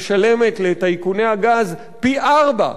משלמת לטייקוני הגז פי-ארבעה,